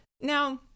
now